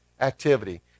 activity